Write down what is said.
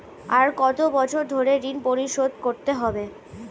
আর কত বছর ধরে ঋণ পরিশোধ করতে হবে?